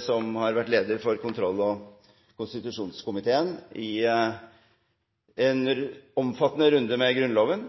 som har vært leder for kontroll- og konstitusjonskomiteen – i en omfattende runde med Grunnloven.